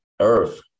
earth